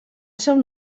seu